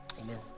Amen